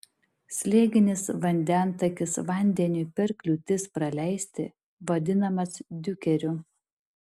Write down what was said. slėginis vandentakis vandeniui per kliūtis praleisti vadinamas diukeriu